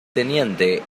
teniente